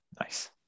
Nice